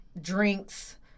drinks